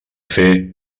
fer